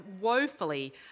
woefully